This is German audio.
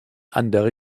andere